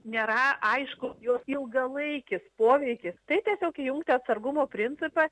nėra aišku jos ilgalaikis poveikis tai tiesiog įjungti atsargumo principą